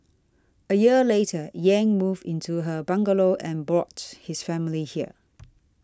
a year later Yang moved into her bungalow and brought his family here